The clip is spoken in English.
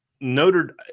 notre